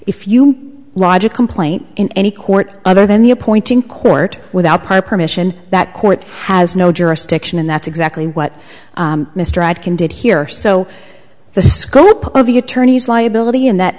if you lodge a complaint in any court other than the appointing court without prior permission that court has no jurisdiction and that's exactly what mr ed can did here so the scope of the attorney's liability in that